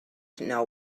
know